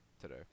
today